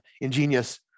ingenious